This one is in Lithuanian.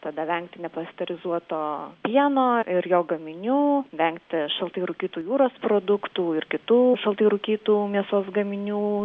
tada vengti nepasterizuoto pieno ir jo gaminių vengti šaltai rūkytų jūros produktų ir kitų šaltai rūkytų mėsos gaminių